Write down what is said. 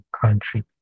country